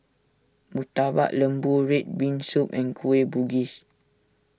Murtabak Lembu Red Bean Soup and Kueh Bugis